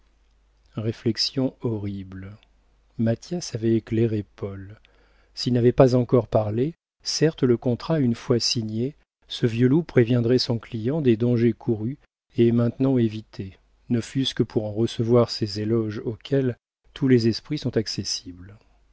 réflexion horrible mathias avait éclairé paul s'il n'avait pas encore parlé certes le contrat une fois signé ce vieux loup préviendrait son client des dangers courus et maintenant évités ne fût-ce que pour en recevoir ces éloges auxquels tous les esprits sont accessibles